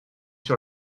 sur